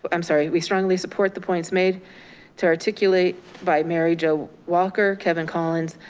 but i'm sorry, we strongly support the points made to articulate by mary jo walker, kevin collins,